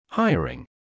Hiring